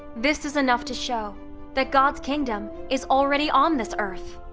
this is enough to show that god's kingdom is already on this earth.